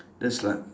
that's like